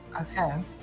Okay